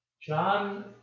John